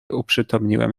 uprzytomniłem